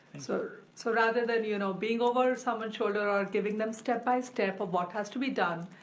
so so rather then, you know, being over someone's shoulder or giving them step-by-step of what has to be done,